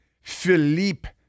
Philippe